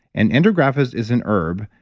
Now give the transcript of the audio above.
and andrographis is an herb,